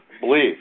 believe